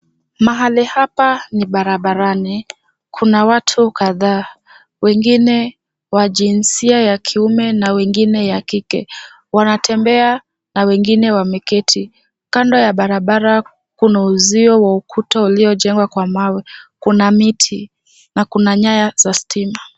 Mahali hapa ni barabarani. Kuna watu kadhaa; wengine wa jinsia ya kiume na wengine ya kike. Wanatembea na wengine wameketi. Kando ya barabara kuna uzio wa ukuta iliojengwa kwa mawe. Kuna miti na kuna nyaya za stima.